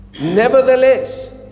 Nevertheless